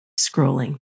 scrolling